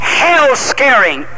hell-scaring